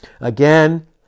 Again